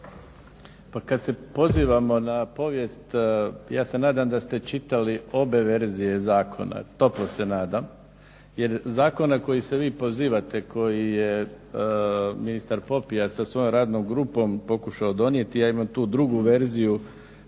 Pa kad se pozivamo na povijest, ja se nadam da ste čitali obe verzije zakona, toplo se nadam. Jer zakon na koji se vi pozivate koji je ministar Popijač sa svojom radnom grupom pokušao donijeti, ja imam tu drugu verziju